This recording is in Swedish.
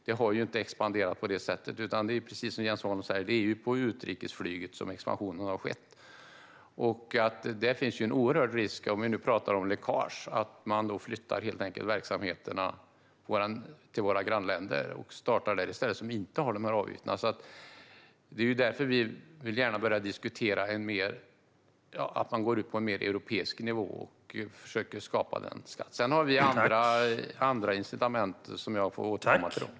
Det har alltså inte expanderat på det sättet. Precis som Jens Holm säger är det på utrikesflyget som expansionen har skett. Om vi ska tala om läckage kan vi där se en stor risk för att man helt enkelt flyttar verksamheter till våra grannländer som inte har dessa avgifter. Därför vill vi gärna diskutera att man går ut på en mer europeisk nivå och försöker skapa denna skatt. Sedan har vi andra incitament, som jag får återkomma till.